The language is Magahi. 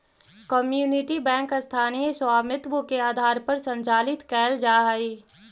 कम्युनिटी बैंक स्थानीय स्वामित्व के आधार पर संचालित कैल जा हइ